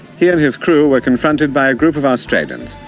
he and his crew were confronted by a group of australians,